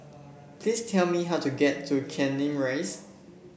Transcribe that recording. please tell me how to get to Canning Rise